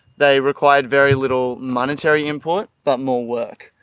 they required very little monetary input but more work.